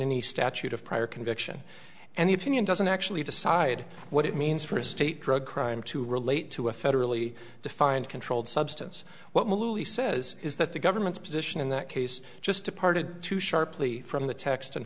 any statute of prior conviction and the opinion doesn't actually decide what it means for a state drug crime to relate to a federally defined controlled substance what he says is that the government's position in that case just departed too sharply from the text and